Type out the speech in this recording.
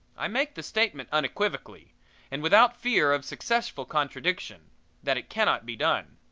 i make the statement unequivocally and without fear of successful contradiction that it cannot be done.